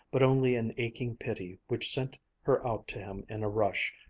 but only an aching pity which sent her out to him in a rush,